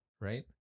right